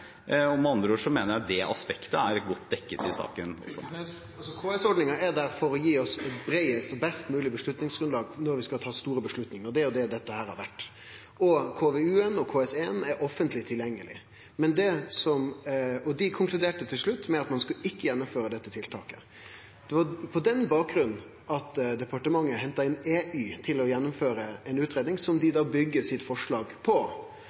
Med andre ord mener jeg det aspektet er godt dekket i saken. KS-ordninga er der for å gi oss eit breiast og best mogleg avgjerdsgrunnlag når vi skal ta store avgjerder. Det er jo det dette har vore. KVU-en og KS1 er offentleg tilgjengelege, og dei konkluderte til slutt med at ein ikkje skulle gjennomføre dette tiltaket. Det var på den bakgrunnen at departementet henta inn EY til å gjennomføre ei utgreiing, som dei byggjer forslaget sitt på.